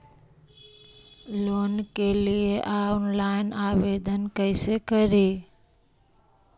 Loan के लिये online आवेदन कैसे करि?